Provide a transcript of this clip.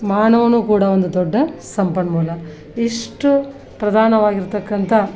ಮಾನವನೂ ಕೂಡ ಒಂದು ದೊಡ್ಡ ಸಂಪನ್ಮೂಲ ಇಷ್ಟು ಪ್ರಧಾನವಾಗಿರತಕ್ಕಂಥ